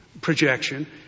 projection